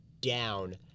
down